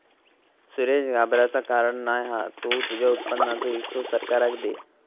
सुरेश घाबराचा कारण नाय हा तु तुझ्या उत्पन्नाचो हिस्सो सरकाराक दे